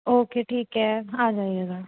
okay ठीक है आ जाइएगा